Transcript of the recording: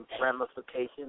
ramifications